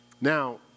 Now